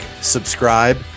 subscribe